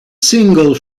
single